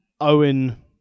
Owen